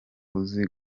uzi